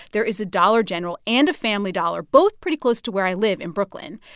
there is a dollar general and a family dollar both pretty close to where i live in brooklyn.